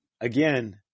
again